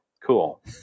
cool